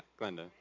Glenda